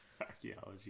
Archaeology